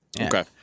Okay